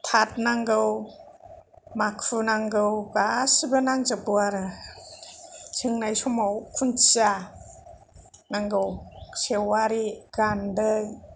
थाथ नांगौ माखु नांगौ गासिबो नांजोबगौ आरो सोंनाय समाव खुन्थिया नांगौ सेवारि गान्दै